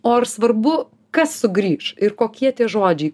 o ar svarbu kas sugrįš ir kokie tie žodžiai